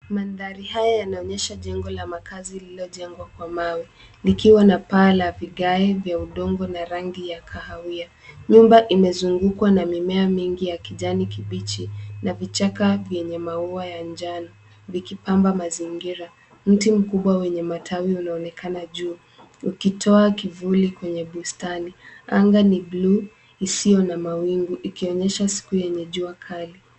Mandhari haya yanaonyesha jengo la makazi lililojengwa kwa mawe likiwa na paa la vigae vya udongo na rangi ya kahawia. Nyumba imezungukwa na mimea mingi ya kijani kibichi na vichaka venye maua ya njano vikipamba mazingira. Mti mkubwa wenye matawi unaonekana juu ukitoa kivuli kwenye bustani. Anga ni blue lisiyo na mawingu ikionyesha siku yenye jua kali.